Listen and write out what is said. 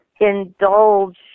indulge